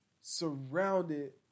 surrounded